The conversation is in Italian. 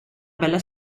bella